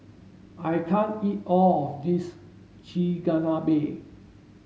I can't eat all of this Chigenabe